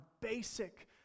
basic